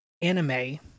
anime